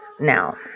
Now